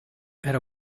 era